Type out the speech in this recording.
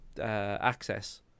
access